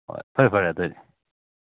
ꯍꯣꯏ ꯐꯔꯦ ꯐꯔꯦ ꯑꯗꯨꯑꯣꯏꯗꯤ